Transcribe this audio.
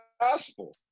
gospel